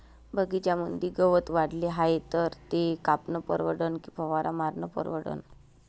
बगीच्यामंदी गवत वाढले हाये तर ते कापनं परवडन की फवारा मारनं परवडन?